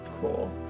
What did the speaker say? Cool